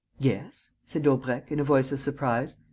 yes, said daubrecq, in a voice of surprise.